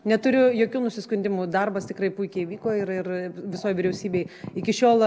neturiu jokių nusiskundimų darbas tikrai puikiai vyko ir ir visoj vyriausybėj iki šiol